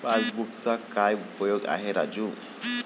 पासबुकचा काय उपयोग आहे राजू?